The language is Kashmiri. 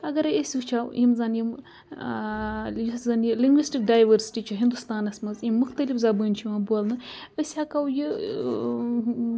اَگَرے أسۍ وٕچھو یِم زَن یِم یۄس زَن یہِ لِنٛگوِسٹِک ڈایؤرسِٹی چھِ ہِندُستانَس منٛز یِم مُختلِف زَبٲنۍ چھِ یِوان بولنہٕ أسۍ ہیٚکو یہِ